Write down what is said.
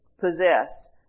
possess